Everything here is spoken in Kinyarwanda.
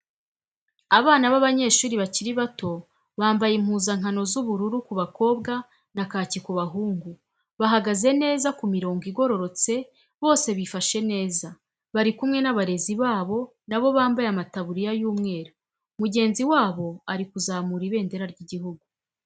Abana b'abanyeshuri bakiri bato bambaye impuzankano z'ubururu ku bakobwa na kaki ku bahungu bahagaze neza ku mirongo igororotse bose bifashe neza bari kumwe n'abarezi babo nabo bambaye amataburiya y'umweru mugenzi wabo ari kuzamura ibendera ry'igihugu.